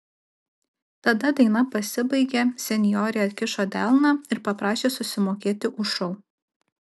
tada daina pasibaigė senjorė atkišo delną ir paprašė susimokėti už šou